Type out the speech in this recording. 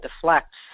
deflects